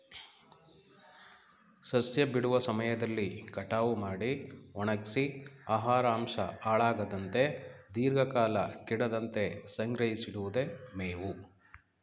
ಸಸ್ಯ ಬಿಡುವ ಸಮಯದಲ್ಲಿ ಕಟಾವು ಮಾಡಿ ಒಣಗ್ಸಿ ಆಹಾರಾಂಶ ಹಾಳಾಗದಂತೆ ದೀರ್ಘಕಾಲ ಕೆಡದಂತೆ ಸಂಗ್ರಹಿಸಿಡಿವುದೆ ಮೇವು